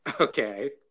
Okay